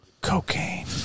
Cocaine